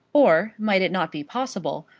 or, might it not be possible,